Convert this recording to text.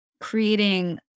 creating